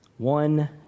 One